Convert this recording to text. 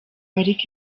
ariko